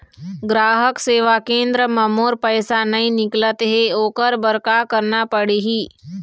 ग्राहक सेवा केंद्र म मोर पैसा नई निकलत हे, ओकर बर का करना पढ़हि?